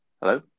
Hello